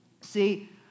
See